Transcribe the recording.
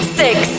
six